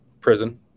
prison